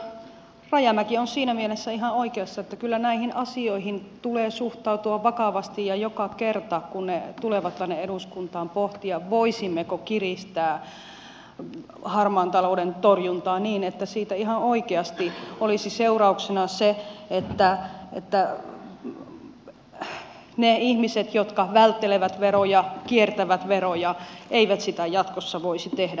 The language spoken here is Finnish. edustaja rajamäki on siinä mielessä ihan oikeassa että kyllä näihin asioihin tulee suhtautua vakavasti ja joka kerta kun ne tulevat tänne eduskuntaan pohtia voisimmeko kiristää harmaan talouden torjuntaa niin että siitä ihan oikeasti olisi seurauksena se että ne ihmiset jotka välttelevät veroja kiertävät veroja eivät sitä jatkossa voisi tehdä